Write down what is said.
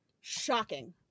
Shocking